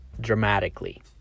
dramatically